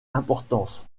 importance